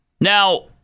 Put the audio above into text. Now